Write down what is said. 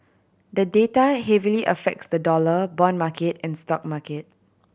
the data heavily affects the dollar bond market and stock market